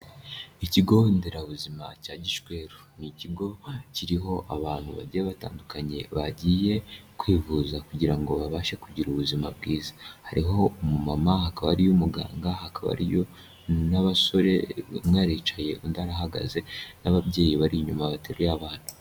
Ikigo nderabuzima cya Gishweru, ni ikigo kiriho abantu bagiye batandukanye bagiye kwivuza kugira ngo babashe kugira ubuzima bwiza, hariho umumama, hakaba hariyo umuganga, hakaba hariyo n'abasore, umwe aricaye undi arahagaze n'ababyeyi bari inyuma baterureye abana.